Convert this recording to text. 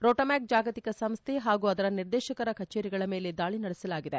ರೋಟೊಮ್ಲಾಕ್ ಜಾಗತಿಕ ಸಂಸ್ಥೆ ಹಾಗೂ ಅದರ ನಿರ್ದೇಶಕರ ಕಚೇರಿಗಳ ಮೇಲೆ ದಾಳಿ ನಡೆಸಲಾಗಿದೆ